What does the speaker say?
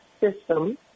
system